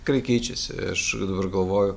kai keičiasi aš dabar galvoju